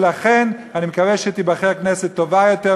ולכן אני מקווה שתיבחר כנסת טובה יותר,